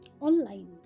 online